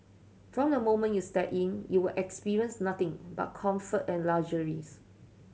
from the moment you step in you will experience nothing but comfort and luxuries